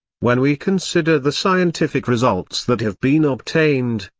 when we consider the scientific results that have been obtained,